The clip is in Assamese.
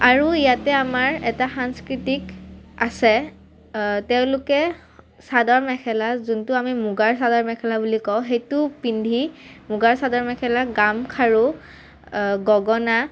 আৰু ইয়াতে আমাৰ এটা সাংস্কৃতিক আছে তেওঁলোকে চাদৰ মেখেলা যোনটো আমি মুগাৰ চাদৰ মেখেলা বুলি কওঁ সেইটো পিন্ধি মুগাৰ চাদৰ মেখেলা গামখাৰু গগনা